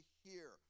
hear